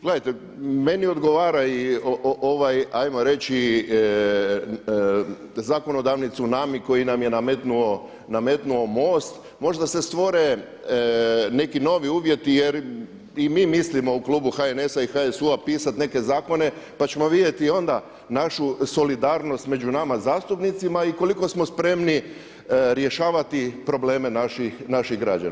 Gledajte, meni odgovara ovaj ajmo reći, zakonodavni zunami koji nam je nametnuo MOST, možda se stvore neki novi uvjeti jer i mi mislimo u klubu HNS-a i HSU-a pisati neke zakone pa ćemo vidjeti onda našu solidarnost među nama zastupnicima i koliko smo spremni rješavati probleme naših građana.